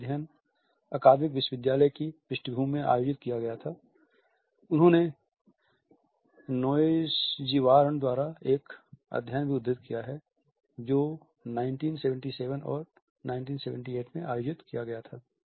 यह अध्ययन अकादमिक विश्वविद्यालय की पृष्ठभूमि में आयोजित किया गया था उन्होंने नोएस्जिर्वान द्वारा एक अध्ययन भी उद्धृत किया है जो 1977 और 1978 में आयोजित किया गया था